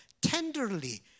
tenderly